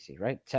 right